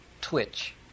twitch